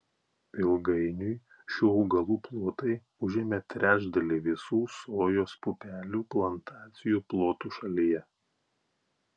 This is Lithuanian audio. ilgainiui šių augalų plotai užėmė trečdalį visų sojos pupelių plantacijų plotų šalyje